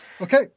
Okay